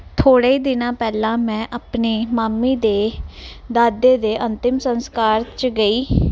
ਥੋੜੇ ਦਿਨਾਂ ਪਹਿਲਾਂ ਮੈਂ ਆਪਣੇ ਮਾਮੇ ਦੇ ਦਾਦੇ ਦੇ ਅੰਤਿਮ ਸੰਸਕਾਰ ਚ ਗਈ